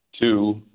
two